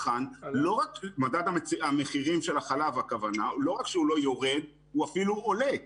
לא רק שמדד המחירים של החלב לא יורד אלא הוא אפילו עולה.